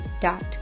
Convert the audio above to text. dot